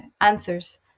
answers